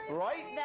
right? yeah